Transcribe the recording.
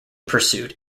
pursued